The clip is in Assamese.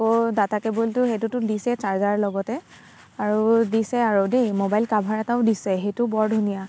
আকৌ ডাটা কেবোলটো সেইটোতো দিছেই চাৰ্জাৰ লগতে আৰু দিছে আৰু দেই মোবাইল কাভাৰ এটাও দিছে সেইটো বৰ ধুনীয়া